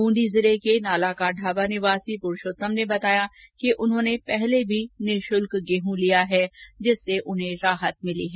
बूंदी के नाला का ढाबा निवासी प्रुषोत्तम ने बताया कि उन्होंने पहले भी निःशुल्क गेहूं लिया है जिससे उन्हें फायदा मिला है